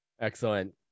Excellent